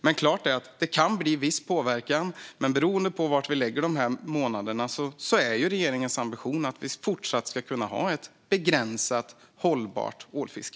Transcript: Men det är klart att det kan bli viss påverkan, men beroende på när vi lägger dessa månader är regeringens ambition att det även i fortsättningen ska vara ett begränsat och hållbart ålfiske.